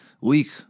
Weak